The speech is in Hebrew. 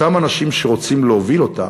אותם אנשים שרוצים להוביל אותה,